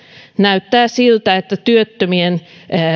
näyttää siltä että työttömien